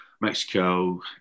Mexico